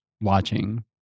watching